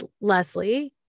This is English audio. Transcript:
Leslie